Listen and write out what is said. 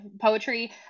poetry